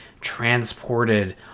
transported